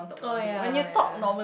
oh ya ya